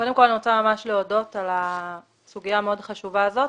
אני רוצה ממש להודות על הסוגיה המאוד חשובה הזאת.